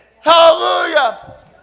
Hallelujah